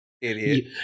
Idiot